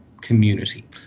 community